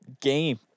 game